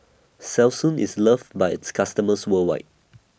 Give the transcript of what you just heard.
Selsun IS loved By its customers worldwide